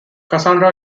cassandra